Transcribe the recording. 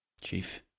Chief